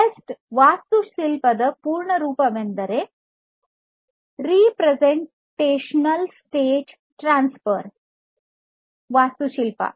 rest ವಾಸ್ತುಶಿಲ್ಪದ ಪೂರ್ಣ ರೂಪವೆಂದರೆ ರೆಪ್ರೆಸೆಂಟೇಷನಲ್ ಸ್ಟೇಟ್ ಟ್ರಾನ್ಸ್ಫರ್ ವಾಸ್ತುಶಿಲ್ಪ